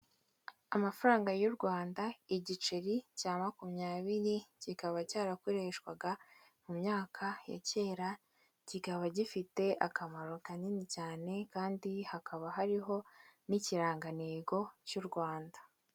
Amafaranga y'u Rwanda igiceri cya makumyabiri, kikaba cyarakoreshwaga mu myaka ya kera, kikaba gifite akamaro kanini cyane, kandi hakaba hariho n'ikirangantego cy'u Rwanda.